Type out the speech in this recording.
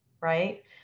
Right